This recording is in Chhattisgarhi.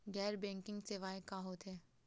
गैर बैंकिंग सेवाएं का होथे?